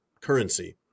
currency